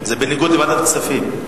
זה, בניגוד לוועדת הכספים.